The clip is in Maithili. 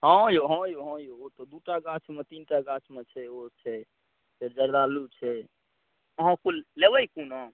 हँ औ हँ औ हँ ओ तऽ दू टा गाछमे तीन टा गाछमे छै ओ छै से जरदालू छै अहाँ लेबै कोन आम